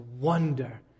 wonder